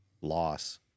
loss